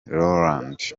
rowland